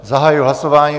Zahajuji hlasování.